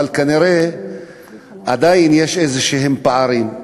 כנראה עדיין יש איזשהם פערים.